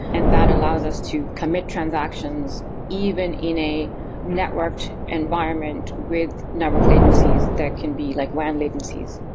and that allows us to commit transactions even in a networked environment with network latencies that can be like ram latencies.